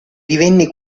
divenne